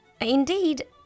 Indeed